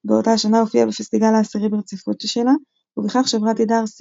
באותה השנה הופיעה בפסטיגל העשירי ברציפות שלה ובכך שברה תדהר שיא